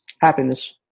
Happiness